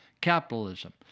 Capitalism